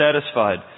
satisfied